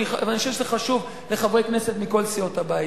אני חושב שזה חשוב לחברי כנסת מכל סיעות הבית.